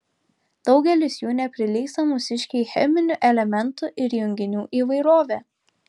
daugelis jų neprilygsta mūsiškei cheminių elementų ir junginių įvairove